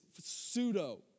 pseudo